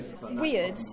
weird